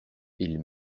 ils